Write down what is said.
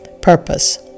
purpose